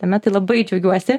tuomet tai labai džiaugiuosi